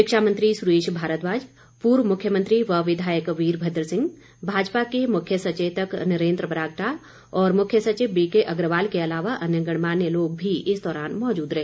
शिक्षा मंत्री सुरेश भारद्वाज पूर्व मुख्यमंत्री व विधायक वीरभद्र सिंह भाजपा के मुख्य सचेतक नरेन्द्र बरागटा मुख्य सचिव बीके अग्रवाल के अलावा अन्य गणमान्य लोग भी इस दौरान मौजूद रहे